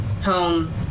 home